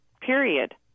period